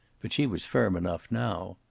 but she was firm enough now.